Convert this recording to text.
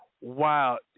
wow